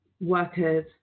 workers